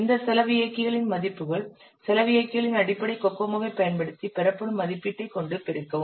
இந்த செலவு இயக்கிகளின் மதிப்புகள் செலவு இயக்கிகளின் அடிப்படை கோகோமோவைப் பயன்படுத்தி பெறப்படும் மதிப்பீட்டைக் கொண்டு பெருக்கவும்